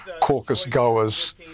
caucus-goers